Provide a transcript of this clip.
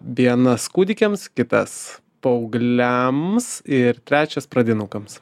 vienas kūdikiams kitas paaugliams ir trečias pradinukams